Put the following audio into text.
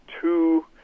two